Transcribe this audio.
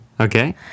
Okay